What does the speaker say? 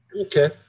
Okay